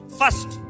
first